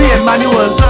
Manual